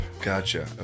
Gotcha